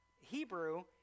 Hebrew